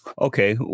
Okay